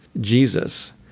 Jesus